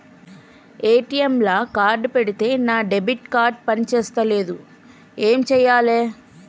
ATM లా card పెడితే నా డెబిట్ కార్డ్ పని చేస్తలేదు ఏం చేయాలే?